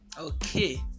okay